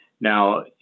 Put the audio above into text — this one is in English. Now